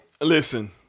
Listen